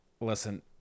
Listen